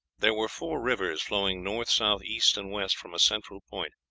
there were four rivers flowing north, south, east, and west from a central point.